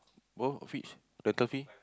oh which rental fee